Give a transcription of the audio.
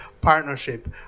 Partnership